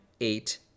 eight